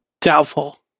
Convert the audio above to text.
Doubtful